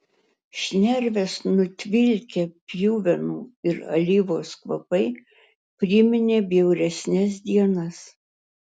šnerves nutvilkę pjuvenų ir alyvos kvapai priminė bjauresnes dienas